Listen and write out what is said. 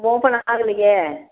open ஆகலயே